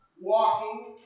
walking